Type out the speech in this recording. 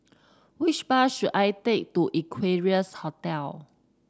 which bus should I take to Equarius Hotel